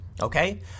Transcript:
Okay